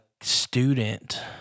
student